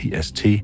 PST